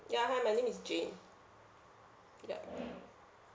ya hi my name is jane yup